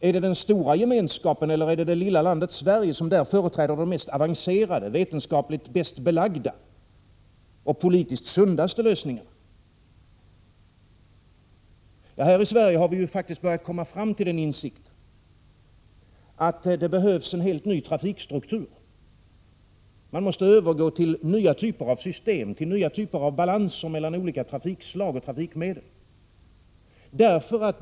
Är det den stora Gemenskapen eller är det det lilla landet Sverige som företräder den mest avancerade, vetenskapligt bäst belagda och politiskt sundaste lösningen? Ja, här i Sverige har vi faktiskt börjat komma fram till insikten att det behövs en helt ny trafikstruktur. Man måste övergå till nya typer av system, till nya typer av balanser mellan olika trafikslag och trafikmedel.